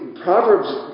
Proverbs